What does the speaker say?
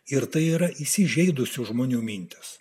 ir tai yra įsižeidusių žmonių mintis